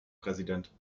präsident